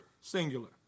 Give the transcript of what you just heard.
singular